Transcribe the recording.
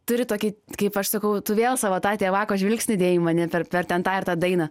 turi tokį kaip aš sakau tu vėl savo tą tėvako žvilgsnį dėjai į mane per per ten tą ir tą dainą